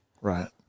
Right